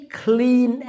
clean